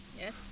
Yes